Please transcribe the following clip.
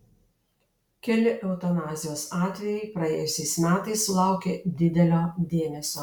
keli eutanazijos atvejai praėjusiais metais sulaukė didelio dėmesio